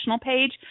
page